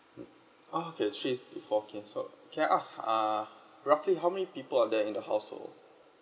okay she is four K so can I ask uh roughly how many people are there in the household